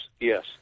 yes